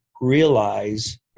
realize